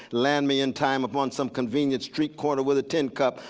land me in time upon some convenience street corner with a tin cup.